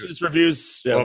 reviews